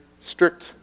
strict